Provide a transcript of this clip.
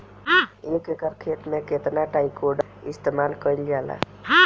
एक एकड़ खेत में कितना ट्राइकोडर्मा इस्तेमाल कईल जाला?